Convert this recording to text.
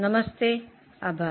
નમસ્તે આભાર